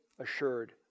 assured